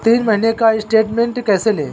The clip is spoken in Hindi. तीन महीने का स्टेटमेंट कैसे लें?